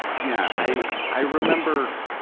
yeah. i i remember,